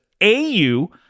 AU